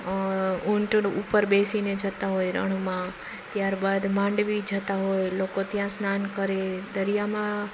ઊંટ ઉપર બેસીને જતા હોય રણમાં ત્યારબાદ માંડવી જતા હોય લોકો ત્યાં સ્નાન કરે દરિયામાં